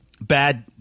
bad